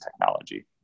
technology